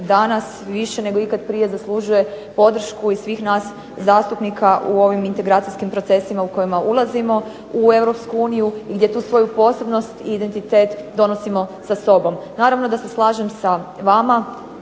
danas više nego ikad prije zaslužuje podršku nas zastupnika u ovim integracijskim procesima u kojima ulazimo u Europsku uniju i gdje tu svoju posebnost i identitet donosimo sa sobom. Naravno da se slažem sa vama